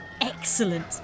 Excellent